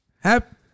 Happy